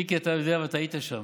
מיקי, אתה יודע ואתה היית שם.